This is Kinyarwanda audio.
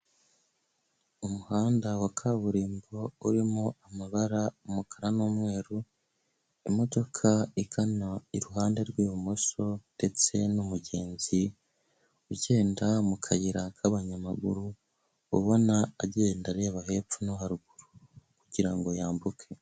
Umuhanda wa kaburimbo urimo amabara umukara n'umweru, imodoka igana iruhande rw'ibumoso ndetse n'umugenzi ugenda mu kayira k'abanyamaguru, ubona agenda areba hepfo no haruguru kugira ngo yambuke.